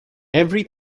every